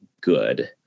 good